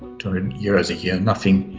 two hundred euros a year. nothing